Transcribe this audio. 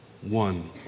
one